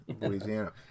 Louisiana